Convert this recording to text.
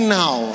now